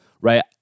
right